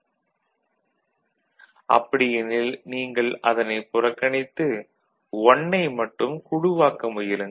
Y FABCD Σ m13579 d101112131415 அப்படியெனில் நீங்கள் அதனைப் புறக்கனித்து "1" ஐ மட்டும் குழுவாக்க முயலுங்கள்